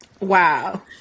Wow